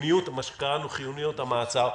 מה שקראנו חיוניות המעצר,